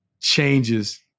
changes